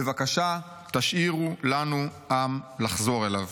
בבקשה תשאירו לנו עם לחזור אליו.